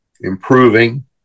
improving